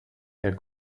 der